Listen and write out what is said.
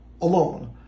alone